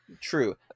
True